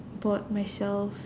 bought myself